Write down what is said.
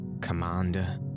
commander